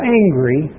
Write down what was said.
angry